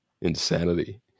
Insanity